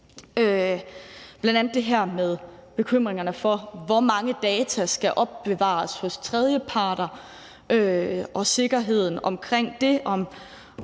bl.a. det her med bekymringerne for, hvor mange data der skal opbevares hos tredjeparter, og sikkerheden omkring det